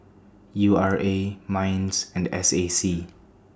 U R A Minds and S A C